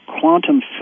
quantum